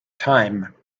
time